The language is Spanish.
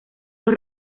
los